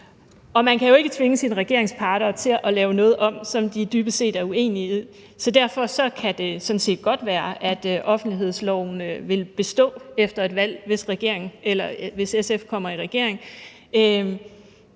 og man kan jo ikke tvinge sine regeringspartnere til at lave noget om, som de dybest set er uenige i. Så derfor kan det sådan set godt være, at offentlighedsloven vil bestå efter et valg, hvis SF kommer i regering.